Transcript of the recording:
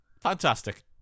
Fantastic